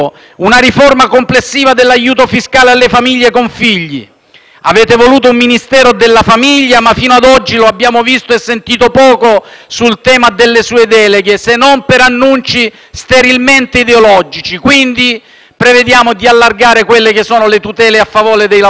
Avete voluto un Ministero della famiglia, ma fino ad oggi lo abbiamo visto e sentito poco sul tema delle sue deleghe, se non per annunci sterilmente ideologici. Prevediamo quindi di allargare le tutele a favore dei lavoratori autonomi e degli incapienti IRPEF